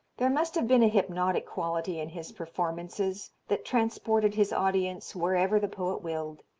there must have been a hypnotic quality in his performances that transported his audience wherever the poet willed.